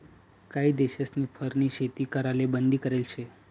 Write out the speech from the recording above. काही देशस्नी फरनी शेती कराले बंदी करेल शे